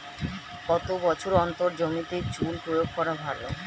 কত বছর অন্তর জমিতে চুন প্রয়োগ করা ভালো?